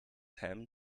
ham